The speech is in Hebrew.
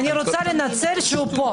אני רוצה לנצל את זה שהוא פה.